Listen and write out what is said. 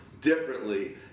differently